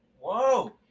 Whoa